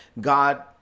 God